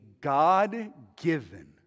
God-given